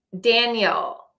Daniel